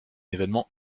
événement